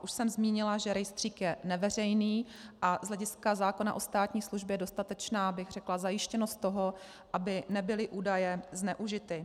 Už jsem zmínila, že rejstřík je neveřejný a z hlediska zákona o státní službě je dostatečná zajištěnost toho, aby nebyly údaje zneužity.